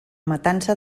matança